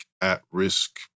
at-risk